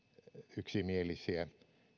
yksimielisiä